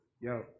Yo